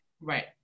Right